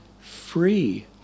free